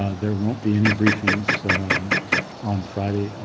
there won't be any briefings on friday,